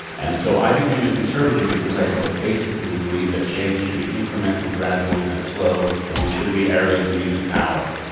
and so, i became a conservative because i but basically believe that change should be incremental, gradual, and slow, and we shouldn't be arrogant in the use of power.